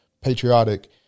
patriotic